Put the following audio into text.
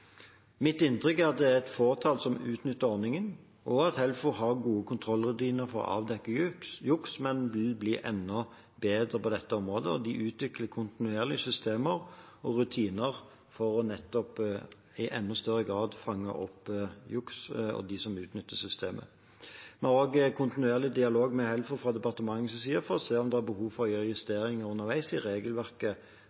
Mitt inntrykk er at det er et fåtall som utnytter ordningen, og at Helfo har gode kontrollrutiner for å avdekke juks, men vil bli enda bedre på dette området. De utvikler kontinuerlig systemer og rutiner for i enda større grad å fange opp juks og dem som utnytter systemet. Vi er fra departementets side i kontinuerlig dialog med Helfo for å se om det er behov for å gjøre